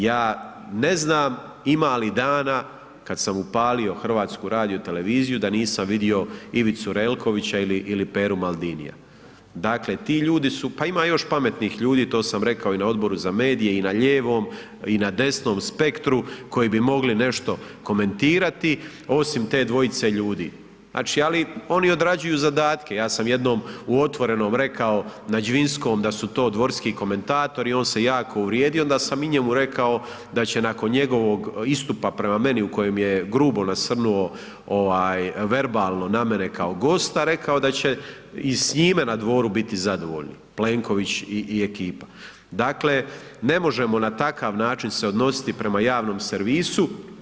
Ja ne znam ima li dana kad sam upalio HRT da nisam vidio Ivicu Relkovića ili, ili Peru Maldinija, dakle ti ljudi su, pa ima još pametnih ljudi, to sam rekao i na Odboru za medije i na ljevom i na desnom spektru, koji bi mogli nešto komentirati osim te dvojice ljudi, znači ali oni odrađuju zadatke, ja sam jednom u Otvorenom rekao Nađvinskom da su to dvorski komentatori, on se jako uvrijedio i onda sam i njemu rekao da će nakon njegovog istupa prema meni u kojem je grubo nasrnuo ovaj verbalno na mene kao gosta, rekao da će i s njime na dvoru biti zadovoljni Plenković i, i ekipa, dakle ne možemo na takav način se odnositi prema javnom servisu.